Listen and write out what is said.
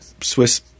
Swiss